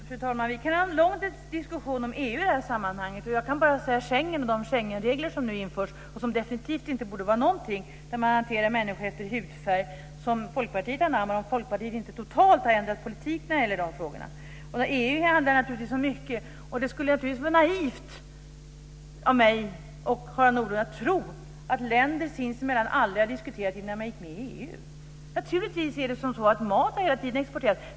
Fru talman! Vi kan ha en lång diskussion om EU i det här sammanhanget. Jag kan bara nämna Schengen. De Schengenregler som nu införs, där man hanterar människor efter hudfärg, borde definitivt inte vara någonting som Folkpartiet anammar - om inte Folkpartiet totalt har ändrat politik när det gäller de frågorna. EU handlar naturligtvis om mycket. Det skulle också vara naivt av mig och Harald Nordlund att tro att länder aldrig har diskuterat sinsemellan innan de gick med i EU. Mat har naturligtvis hela tiden exporterats.